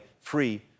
free